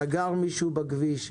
סגר מישהו בכביש,